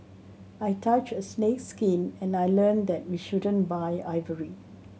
I touched a snake's skin and I learned that we shouldn't buy ivory